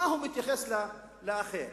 איך הוא מתייחס לאחר?